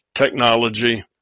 technology